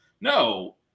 No